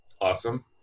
Awesome